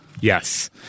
yes